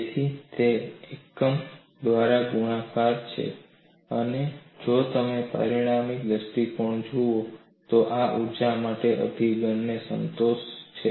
તેથી તે એકતા એકમ દ્વારા ગુણાકાર થાય છે અને જો તમે પરિમાણીય દૃષ્ટિકોણથી જુઓ તો આ ઊર્જા માટે અભિવ્યક્તિને સંતોષે છે